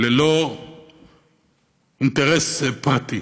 ללא אינטרס פרטי.